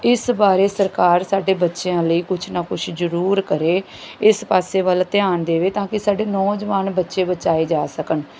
ਇਸ ਬਾਰੇ ਸਰਕਾਰ ਸਾਡੇ ਬੱਚਿਆਂ ਲਈ ਕੁਛ ਨਾ ਕੁਛ ਜ਼ਰੂਰ ਕਰੇ ਇਸ ਪਾਸੇ ਵੱਲ ਧਿਆਨ ਦੇਵੇ ਤਾਂ ਕਿ ਸਾਡੇ ਨੌਜਵਾਨ ਬੱਚੇ ਬਚਾਏ ਜਾ ਸਕਣ